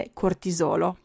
cortisolo